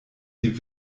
die